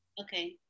Okay